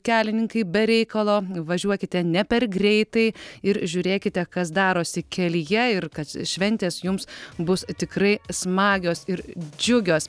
kelininkai be reikalo važiuokite ne per greitai ir žiūrėkite kas darosi kelyje ir kad šventės jums bus tikrai smagios ir džiugios